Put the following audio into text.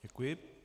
Děkuji.